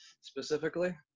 specifically